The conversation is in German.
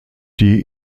die